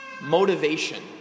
motivation